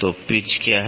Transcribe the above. तो पिच क्या है